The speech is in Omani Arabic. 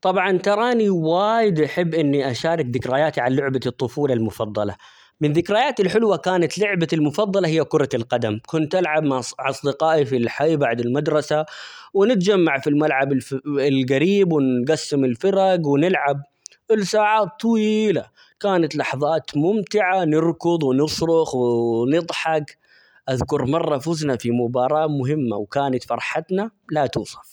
طبعًا تراني وايد أحب إني أشارك ذكرياتي عن لعبة الطفولة المفضلة، من ذكرياتي الحلوة كانت لعبتي المفضلة هي كرة القدم، كنت ألعب مع -أص- أصدقائي في الحي بعد المدرسة ،ونتجمع في الملعب -الف- القريب ،ونقسم الفرق ،ونلعب لساعات طويييلة كانت لحظات ممتعة نركض ،ونصرخ ،-وو- ونضحك اذكر مرة فزنا في مباراة مهمة ،وكانت فرحتنا لا توصف.